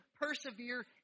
persevere